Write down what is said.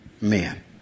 men